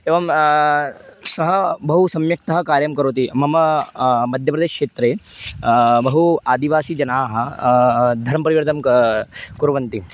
एवं सः बहु सम्यक्तः कार्यं करोति मम मध्यप्रदेशक्षेत्रे बहु आदिवासीजनाः धर्मपरिवर्तनं कुर्वन्ति